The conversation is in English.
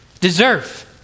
deserve